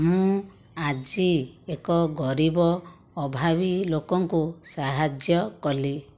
ମୁଁ ଆଜି ଏକ ଗରିବ ଅଭାବୀ ଲୋକଙ୍କୁ ସାହାଯ୍ୟ କଲି